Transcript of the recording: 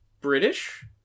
British